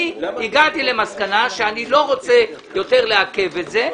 אני הגעתי למסקנה שאני לא רוצה יותר לעכב את זה.